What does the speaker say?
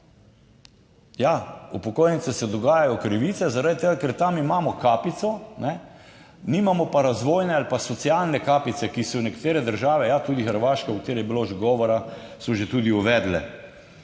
Ja, upokojencem se dogajajo krivice zaradi tega, ker tam imamo kapico, nimamo pa razvojne ali pa socialne kapice, ki so nekatere države, ja, tudi Hrvaška, o kateri je bilo že govora, so že tudi uvedle.